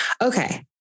Okay